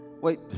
Wait